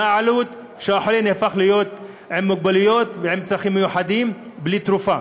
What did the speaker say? על העלות שהחולה הפך להיות עם מוגבלויות ועם צרכים מיוחדים בלי תרופה.